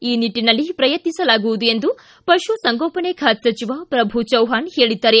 ಈ ನಿಟ್ಟನಲ್ಲಿ ಪ್ರಯತ್ನಿಸಲಾಗುವುದು ಎಂದು ಪಶು ಸಂಗೋಪನೆ ಬಾತೆ ಸಚಿವ ಪ್ರಭು ಚವ್ವಾಣ್ ಹೇಳಿದ್ದಾರೆ